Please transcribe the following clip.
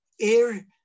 air